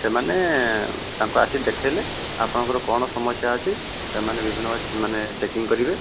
ସେମାନେ ତାଙ୍କୁ ଆସି ଦେଖେଇଲେ ଆପଣଙ୍କର କ'ଣ ସମସ୍ୟା ଅଛି ସେମାନେ ବିଭିନ୍ନ ମାନେ ଚେକିଂ କରିବେ